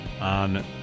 on